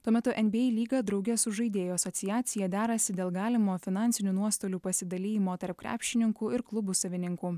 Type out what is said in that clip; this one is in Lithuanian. tuo metu nba lyga drauge su žaidėjų asociacija derasi dėl galimo finansinių nuostolių pasidalijimo tarp krepšininkų ir klubų savininkų